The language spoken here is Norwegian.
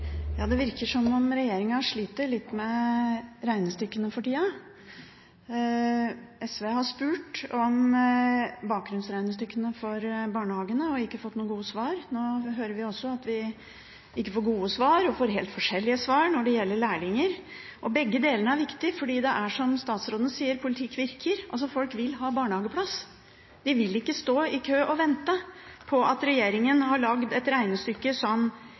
Det virker som regjeringen sliter litt med regnestykkene for tida. SV har spurt om bakgrunnsregnestykkene for barnehagene og ikke fått noen gode svar. Nå hører vi også at vi ikke får gode svar – og får helt forskjellige svar – når det gjelder lærlinger. Begge deler er viktig, for det er som statsråden sier: Politikk virker. Folk vil ha barnehageplass. De vil ikke stå i kø og vente på regjeringen, som har lagd et regnestykke